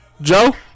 Joe